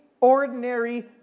ordinary